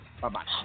Bye-bye